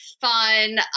fun